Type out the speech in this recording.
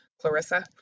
Clarissa